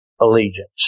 allegiance